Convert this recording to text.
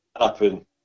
happen